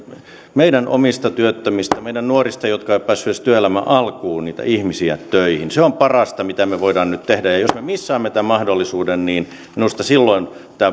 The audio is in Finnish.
meidän omista työttömistämme meidän nuoristamme jotka eivät ole päässeet edes työelämän alkuun niitä ihmisiä töihin se on parasta mitä me voimme nyt tehdä ja jos me missaamme tämän mahdollisuuden niin minusta silloin pitää